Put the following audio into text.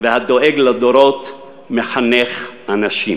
והדואג לדורות מחנך אנשים"